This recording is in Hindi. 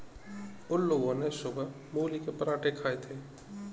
उन लोगो ने सुबह मूली के पराठे खाए थे